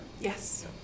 Yes